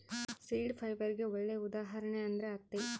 seed ಫೈಬರ್ಗೆ ಒಳ್ಳೆ ಉದಾಹರಣೆ ಅಂದ್ರೆ ಹತ್ತಿ